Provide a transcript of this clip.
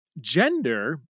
Gender